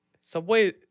Subway